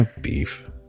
Beef